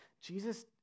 Jesus